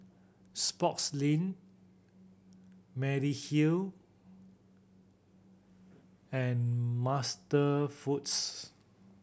Sportslink Mediheal and MasterFoods